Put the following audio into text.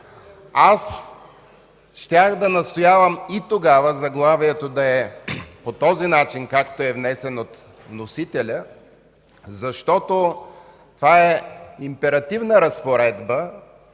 Аз щях да настоявам и тогава заглавието да е по този начин, както е внесено от вносителя, защото това е императивна разпоредба.